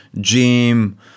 gym